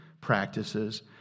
practices